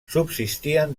subsistien